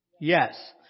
Yes